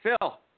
Phil